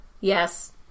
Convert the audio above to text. Yes